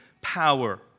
power